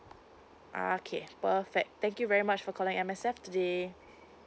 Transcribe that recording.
okay perfect thank you very much for calling M_S_F today